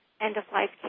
end-of-life